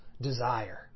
desire